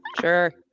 sure